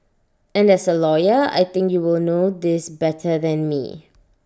and as A lawyer I think you will know this better than me